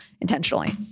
intentionally